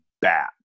bad